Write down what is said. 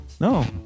No